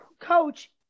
coach